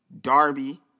Darby